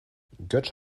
götsch